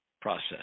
process